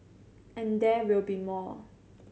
and there will be more